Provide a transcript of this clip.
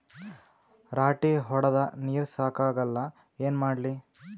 ರಾಟಿ ಹೊಡದ ನೀರ ಸಾಕಾಗಲ್ಲ ಏನ ಮಾಡ್ಲಿ?